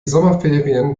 sommerferien